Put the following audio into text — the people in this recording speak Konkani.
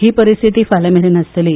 ही परिस्थिती फाल्यां मेरेन आसतली